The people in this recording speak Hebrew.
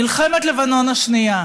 מלחמת לבנון השנייה,